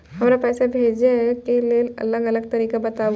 हमरा पैसा भेजै के लेल अलग अलग तरीका बताबु?